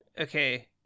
Okay